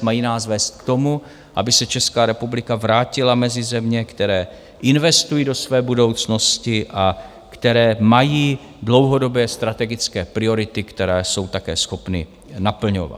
Mají nás vést k tomu, aby se Česká republika vrátila mezi země, které investují do své budoucnosti a které mají dlouhodobé strategické priority, které jsou také schopny naplňovat.